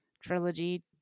trilogy